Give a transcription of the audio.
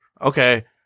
Okay